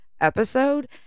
episode